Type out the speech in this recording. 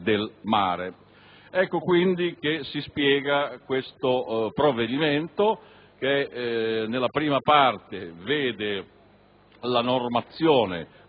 Ecco quindi che si spiega questo provvedimento che nella prima parte vede la normazione